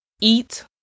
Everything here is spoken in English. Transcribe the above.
eat